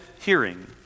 hearing